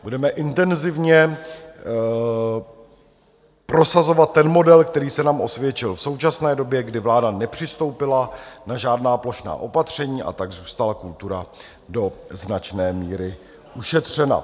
Budeme intenzivně prosazovat ten model, který se nám osvědčil v současné době, kdy vláda nepřistoupila na žádná plošná opatření, a tak zůstala kultura do značné míry ušetřena.